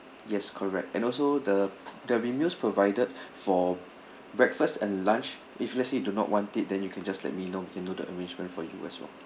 yes correct and also the there will be meals provided for breakfast and lunch if let's say you do not want it then you can just let me know can do the arrangement for you as well